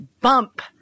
bump